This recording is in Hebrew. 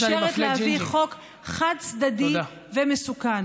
מאפשרת להביא חוק חד-צדדי ומסוכן.